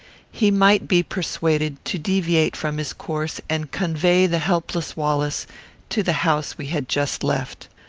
he might be persuaded to deviate from his course and convey the helpless wallace to the house we had just left.